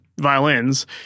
violins